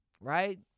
Right